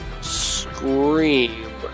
scream